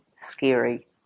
scary